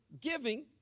giving